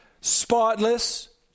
spotless